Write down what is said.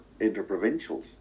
interprovincials